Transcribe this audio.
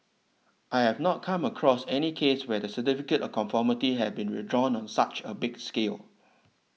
I have not come across any case where the Certificate of Conformity have been withdrawn on such a big scale